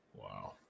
Wow